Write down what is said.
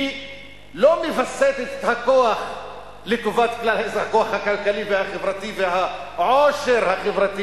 היא לא מווסתת את הכוח החברתי והכלכלי והעושר החברתי